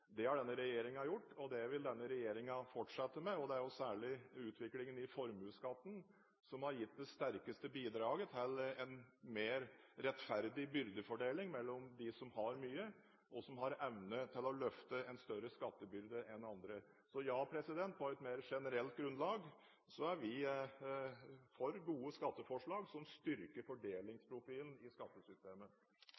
Det har denne regjeringen gjort, og det vil denne regjeringen fortsette med. Det er særlig utviklingen i formuesskatten som har gitt det sterkeste bidraget til en mer rettferdig byrdefordeling mellom dem som har mye, og som har evne til å løfte en større skattebyrde enn andre, og dem som har lite. Så ja, på et mer generelt grunnlag er vi for gode skatteforslag som styrker